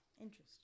interesting